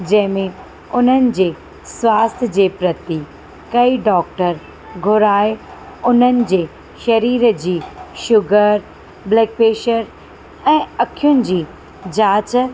जंहिंमें उन्हनि जे स्वास्थ्य जे प्रति कई डॉक्टर घुराए उन्हनि जे शरीर जी शुगर बल्ड प्रैशर ऐं अखियुनि जी जांच